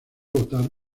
votar